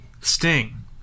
Sting